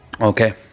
Okay